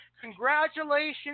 congratulations